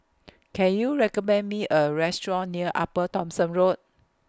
Can YOU recommend Me A Restaurant near Upper Thomson Road